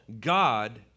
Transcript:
God